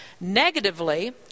Negatively